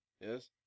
yes